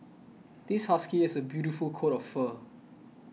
this husky has a beautiful coat of fur